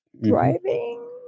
driving